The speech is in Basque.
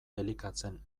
elikatzen